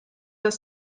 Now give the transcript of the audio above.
das